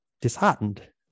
disheartened